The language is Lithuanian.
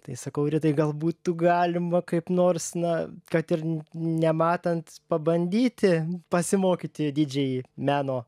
tai sakau ridai gal būtų galima kaip nors na kad ir nematant pabandyti pasimokyti didžėj meno